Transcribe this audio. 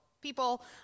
people